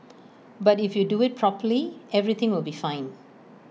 but if you do IT properly everything will be fine